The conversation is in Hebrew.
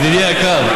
ידידי היקר,